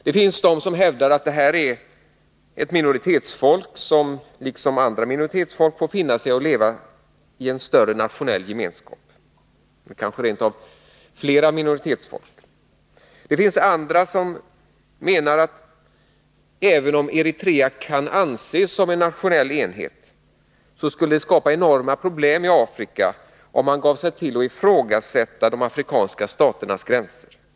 Det finns de som hävdar att det här är minoritetsfolk som liksom andra minoritetsfolk får finna sig i att leva i en större nationell gemenskap. Det finns andra som menar att även om Eritrea kan anses som en nationell enhet, så skulle det skapa enorma problem i Afrika, om man gav sig till att ifrågasätta de afrikanska staternas gränser.